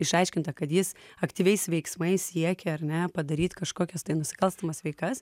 išaiškinta kad jis aktyviais veiksmais siekia ar ne padaryt kažkokias tai nusikalstamas veikas